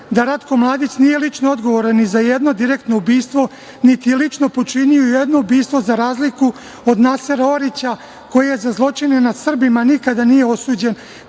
da Ratko Mladić nije lično odgovoran ni za jedno direktno ubistvo, niti je lično počinio ni jedno ubistvo, za razliku od Nasera Orića, koji za zločine nad Srbima nikada nije osuđen,